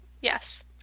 Yes